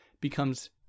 becomes